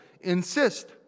insist